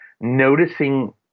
noticing